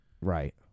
Right